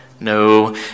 no